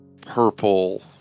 purple